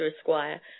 Esquire